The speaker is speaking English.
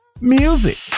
music